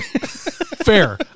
Fair